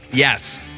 Yes